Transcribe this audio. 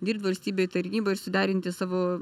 dirbt valstybei tarnyboj ir suderinti savo